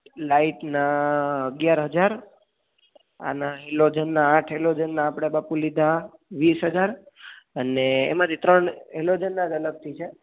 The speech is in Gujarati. લાઈટના અગયાર હજાર આના હેલોજનના આઠ હેલોજનના આપડે બાપુ લીધા વીસ હજાર અને એમાંથી ત્રણ હેલોજનના જ અલગથી છે